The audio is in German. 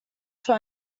für